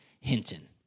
Hinton